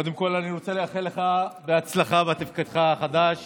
קודם כול, אני רוצה לאחל לך הצלחה בתפקידך החדש